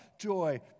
joy